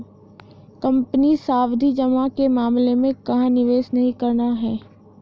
Company सावधि जमा के मामले में कहाँ निवेश नहीं करना है?